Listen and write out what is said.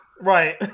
right